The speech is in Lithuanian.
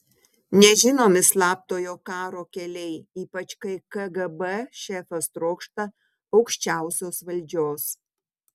nežinomi slaptojo karo keliai ypač kai kgb šefas trokšta aukščiausios valdžios